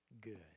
good